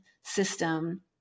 system